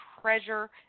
treasure